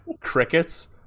crickets